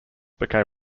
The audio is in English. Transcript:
became